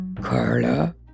Carla